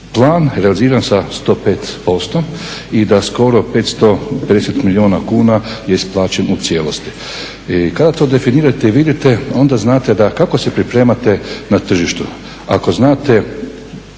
plan realiziran sa 105% i da skoro 550 milijuna kuna je isplaćeno u cijelosti. I kada to definirate i vidite onda znate da kako se pripremate na tržištu,